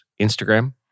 Instagram